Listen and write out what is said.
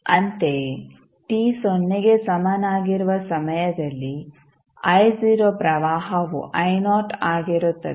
ಅಂತೆಯೇ t ಸೊನ್ನೆಗೆ ಸಮನಾಗಿರುವ ಸಮಯದಲ್ಲಿ i ಪ್ರವಾಹವು ಆಗಿರುತ್ತದೆ